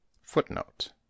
Footnote